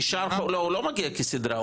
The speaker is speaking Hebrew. לא, הוא לא מגיע כסדרה.